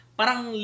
parang